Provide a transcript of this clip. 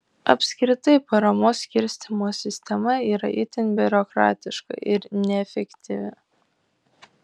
apskritai paramos skirstymo sistema yra itin biurokratiška ir neefektyvi